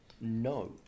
no